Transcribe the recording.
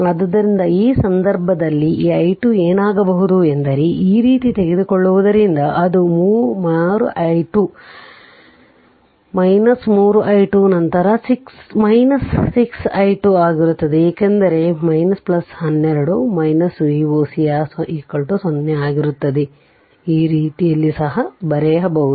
ಆದ್ದರಿಂದ ಈ ಸಂದರ್ಭದಲ್ಲಿ ಈ i2 ಏನಾಗಬಹುದು ಎಂದರೆ ಈ ರೀತಿ ತೆಗೆದುಕೊಳ್ಳಿಆದ್ದರಿಂದ ಅದು 3 i2 ನಂತರ 6 i1 ಆಗಿರುತ್ತದೆ ಏಕೆಂದರೆ 12 Voc 0 ಆಗಿರುತ್ತದೆ ಈ ರೀತಿಯಲ್ಲಿ ಸಹ ಬರೆಯಬಹುದು